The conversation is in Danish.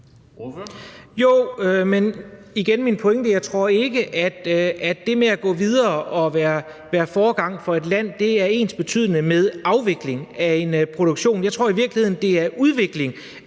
jeg ikke tror, at det med at gå videre og være et foregangsland er ensbetydende med afvikling af en produktion. Jeg tror i virkeligheden, det er en udvikling